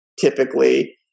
typically